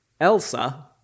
Elsa